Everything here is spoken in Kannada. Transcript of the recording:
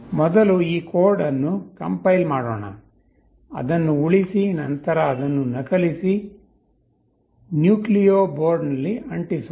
ಮೊದಲು ಈ ಕೋಡ್ ಅನ್ನು ಕಂಪೈಲ್ ಮಾಡೋಣ ಅದನ್ನು ಸೇವ್ ಮಾಡಿ ನಂತರ ಅದನ್ನು ಕಾಪಿ ಮಾಡಿ ನ್ಯೂಕ್ಲಿಯೊ ಬೋರ್ಡ್ನಲ್ಲಿ ಪೇಸ್ಟ್ ಮಾಡೋಣ